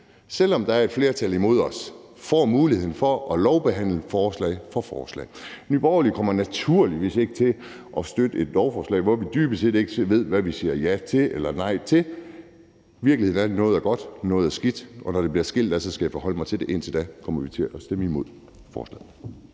selv om der er et flertal imod os, får mulighed for at lovbehandle det forslag for forslag. Nye Borgerlige kommer naturligvis ikke til at støtte et lovforslag, hvor vi dybest set ikke ved, hvad vi siger ja til eller nej til. Virkeligheden er, at noget er godt og noget er skidt, og når det bliver skilt ad, skal jeg forholde mig til det, og indtil da kommer vi til at stemme imod forslaget.